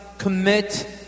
commit